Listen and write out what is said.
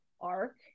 arc